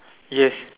yes